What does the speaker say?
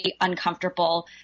uncomfortable